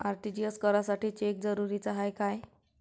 RTGS करासाठी cheque जरुरीचा हाय काय?